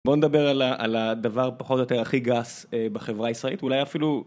בוא נדבר על הדבר פחות או יותר הכי גס בחברה הישראלית אולי אפילו